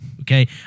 Okay